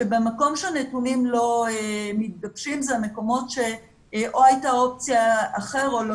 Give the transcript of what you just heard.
שבמקום שהנתונים לא מתגבשים אלה המקומות שאו הייתה אופציה 'אחר' או 'לא